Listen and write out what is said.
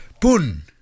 Poon